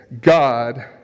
God